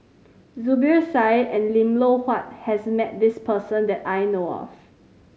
Zubir Said and Lim Loh Huat has met this person that I know of